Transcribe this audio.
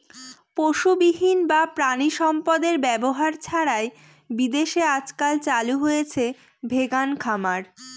পশুবিহীন বা প্রানীসম্পদ এর ব্যবহার ছাড়াই বিদেশে আজকাল চালু হয়েছে ভেগান খামার